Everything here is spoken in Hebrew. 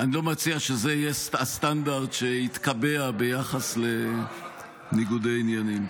אני לא מציע שזה יהיה הסטנדרט שיתקבע ביחס לניגודי עניינים.